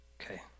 Okay